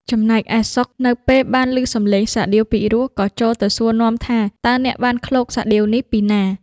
ចំណែកឯ សុខនៅពេលបានឮសំឡេងសាដៀវពីរោះក៏ចូលទៅសួរនាំថា “តើអ្នកបានឃ្លោកសាដៀវនេះពីណា?”។